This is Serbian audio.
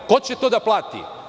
Ko će to da plati?